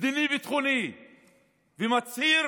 מדיני-ביטחוני ומצהיר